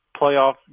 playoff